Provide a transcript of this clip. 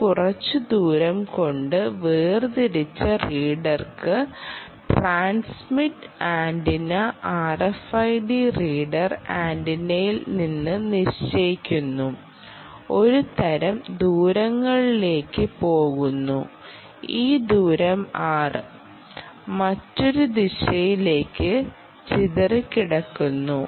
ഇത് കുറച്ച് ദൂരം കൊണ്ട് വേർതിരിച്ച റീഡറിന് ട്രാൻസ്മിറ്റർ ആന്റിന RFID റീഡർ ആന്റിനയിൽ നിന്ന് സഞ്ചരിക്കുന്ന ഒരു തരംഗം ദൂരങ്ങളിലേക്ക് പോകുന്നു ഈ ദൂരം r മറ്റൊരു ദിശയിലേക്ക് ചിതറിക്കിടക്കുന്നു